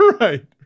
Right